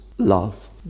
love